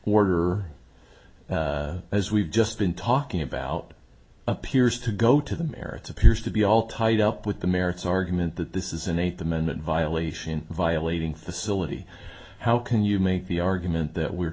r as we've just been talking about appears to go to the merits appears to be all tied up with the merits argument that this is an eighth amendment violation violating facility how can you make the argument that we're